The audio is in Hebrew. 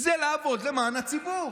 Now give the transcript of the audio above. זה לעבוד למען הציבור.